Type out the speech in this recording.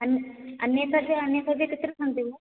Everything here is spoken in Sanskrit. अन् अन्ये तत् अन्ये सर्वे कुत्र सन्ति भोः